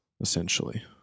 essentially